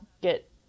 get